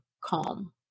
calm